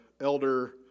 elder